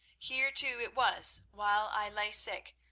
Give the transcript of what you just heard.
here too it was, while i lay sick,